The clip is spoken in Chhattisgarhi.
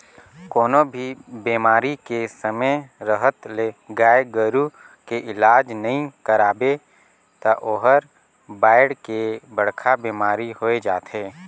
कोनों भी बेमारी के समे रहत ले गाय गोरु के इलाज नइ करवाबे त ओहर बायढ़ के बड़खा बेमारी होय जाथे